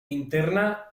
interna